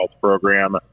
program